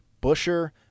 Busher